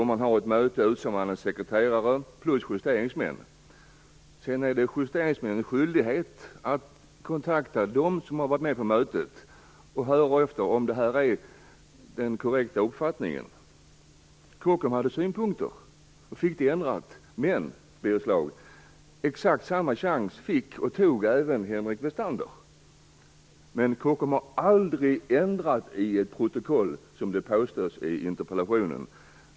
Om man har ett möte utser man en sekreterare plus justeringsmän. Sedan är det justeringsmännens skyldighet att kontakta dem som har varit med på mötet och höra efter om protokollet är korrekt. Kockums hade synpunkter, och fick protokollet ändrat. Birger Schlaug! Exakt samma chans fick och tog även Henrik Westander. Men Kockums har aldrig ändrat i ett protokoll så som det påstås i interpellationen.